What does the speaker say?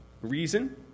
reason